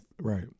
Right